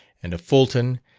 and a fulton,